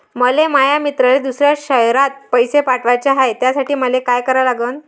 मले माया मित्राले दुसऱ्या शयरात पैसे पाठवाचे हाय, त्यासाठी मले का करा लागन?